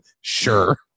sure